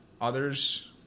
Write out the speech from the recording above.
others